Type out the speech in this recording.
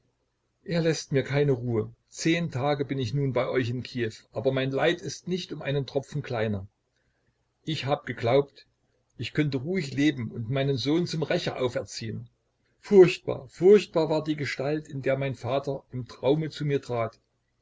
er läßt mir keine ruhe zehn tage bin ich nun bei euch in kiew aber mein leid ist nicht um einen tropfen kleiner ich hab geglaubt ich könnte ruhig leben und meinen sohn zum rächer auferziehen furchtbar furchtbar war die gestalt in der mein vater im traume zu mir trat